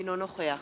אינו נוכח